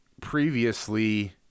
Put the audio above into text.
previously